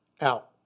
Out